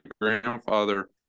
grandfather